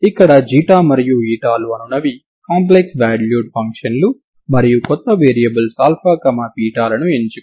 ఇక్కడ ξ మరియు η లు అనునవి కాంప్లెక్స్ వాల్యూడ్ ఫంక్షన్లు మరియు కొత్త వేరియబుల్స్ αβ లను ఎంచుకోండి